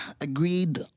agreed